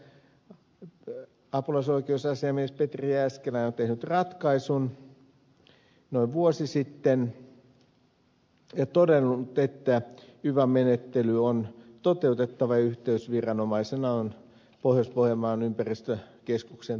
tässä apulaisoikeusasiamies petri jääskeläinen on tehnyt ratkaisun noin vuosi sitten ja todennut että yva menettely on toteutettava ja yhteysviranomaisena on pohjois pohjanmaan ympäristökeskus